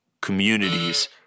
communities